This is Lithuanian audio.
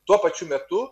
tuo pačiu metu